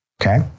Okay